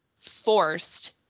forced